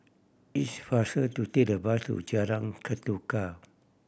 it's faster to take the bus to Jalan Ketuka